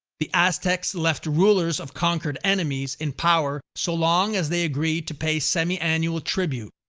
the aztecs left rulers of conquered enemies in power so long as they agreed to pay semi-annual tribute,